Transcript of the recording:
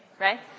right